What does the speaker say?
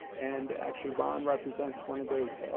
and actually ron represents one of those